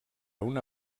una